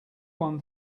won